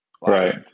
Right